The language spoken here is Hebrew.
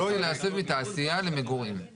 אי אפשר להסב מתעשייה למגורים.